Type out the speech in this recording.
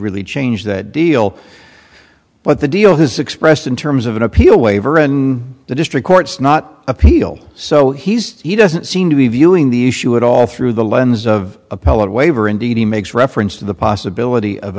really change that deal but the deal has expressed in terms of an appeal waiver and the district courts not appeal so he's he doesn't seem to be viewing the issue at all through the lens of appellate waiver indeed he makes reference to the possibility of